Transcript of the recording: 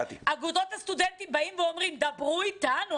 אגודות הסטודנטים אמרו: דברו אתנו,